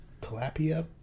Tilapia